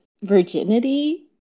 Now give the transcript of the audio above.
virginity